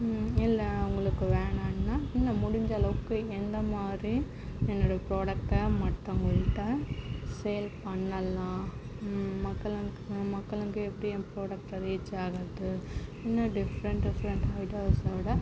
இல்லை உங்களுக்கு வேண்ணானா இல்லை முடிஞ்சளவுக்கு எந்த மாதிரி என்னோட ப்ராடக்டை மற்றவுங்கள்ட்ட சேல் பண்ணலாம் மக்களுக்கு எப்படி என் ப்ராடக்ட்டை ரீச் ஆகுது இன்னும் டிஃபரென்ட் டிஃபரென்ட்டான ஐடியாசோட